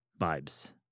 vibes